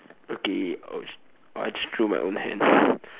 okay ouch I just drew my own hand